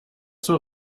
zur